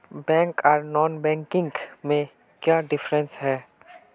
Bank आर non banking में क्याँ डिफरेंस है?